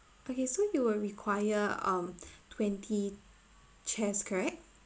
okay so you will require um twenty chairs correct